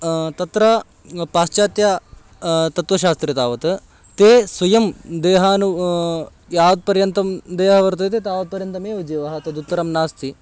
तत्र पाश्चात्य तत्त्वशास्त्रे तावत् ते स्वयं देहान् यावत्पर्यन्तं देहः वर्तते तावत्पर्यन्तमेव जीवः तदुत्तरं नास्ति